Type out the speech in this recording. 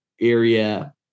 area